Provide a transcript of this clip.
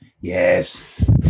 Yes